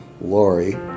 Lori